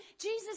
Jesus